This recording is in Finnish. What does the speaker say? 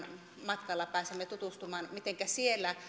matkalla pääsemme tutustumaan mitenkä siellä